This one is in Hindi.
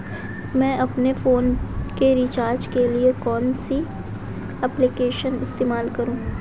मैं अपने फोन के रिचार्ज के लिए कौन सी एप्लिकेशन इस्तेमाल करूँ?